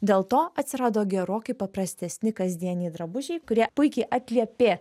dėl to atsirado gerokai paprastesni kasdieniai drabužiai kurie puikiai atliepė